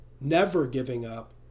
never-giving-up